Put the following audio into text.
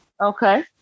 Okay